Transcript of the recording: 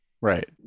Right